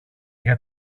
για